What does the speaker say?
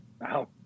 Wow